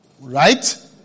Right